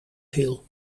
viel